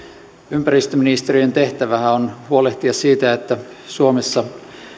ympäristöministeriön tehtävähän on huolehtia siitä että suomessa